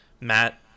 matt